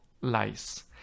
lice